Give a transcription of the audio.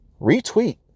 retweet